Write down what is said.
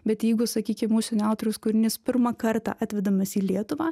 bet jeigu sakykim užsienio autoriaus kūrinys pirmą kartą atvedamas į lietuvą